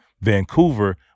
Vancouver